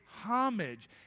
homage